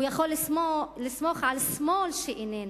הוא יכול לסמוך על שמאל שאיננו,